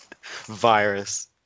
Virus